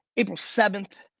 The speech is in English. april seventh,